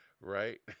right